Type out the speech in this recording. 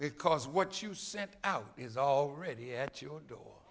because what you sent out is already at your door